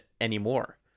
anymore